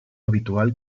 habitual